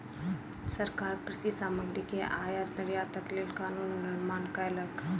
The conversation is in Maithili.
सरकार कृषि सामग्री के आयात निर्यातक लेल कानून निर्माण कयलक